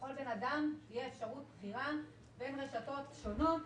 לכל בן אדם תהיה אפשרות בחירה בין רשתות שונות